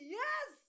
yes